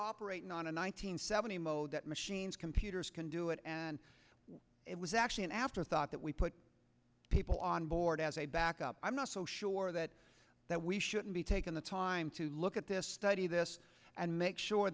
operating on in one nine hundred seventy mode that machines computers can do it and it was actually an afterthought that we put people on board as a backup i'm not so sure that that we shouldn't be taking the time to look at this study this and make sure